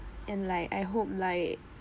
and like I hope like